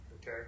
Okay